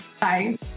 Bye